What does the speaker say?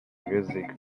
music